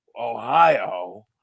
Ohio